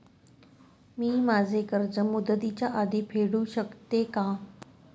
मी माझे कर्ज मुदतीच्या आधी फेडू शकते का?